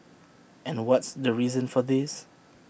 and what's the reason for this